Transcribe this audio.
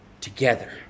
together